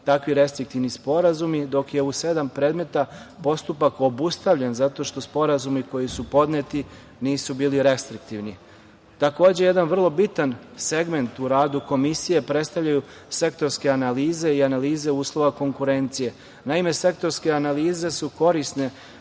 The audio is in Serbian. takvi restriktivni sporazumi, dok je u sedam predmeta postupak obustavljen zato što sporazumi koji su podneti nisu bili restriktivni. Takođe, jedan vrlo bitan segment u radu Komisije predstavljaju sektorske analize i analize uslova konkurencije. Naime, sektorske analize su korisne